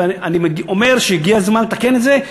ואני אומר שהגיע הזמן לתקן את זה,